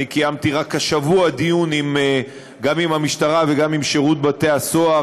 קיימתי רק השבוע דיון גם עם המשטרה וגם עם שירות בתי-הסוהר